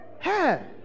Hey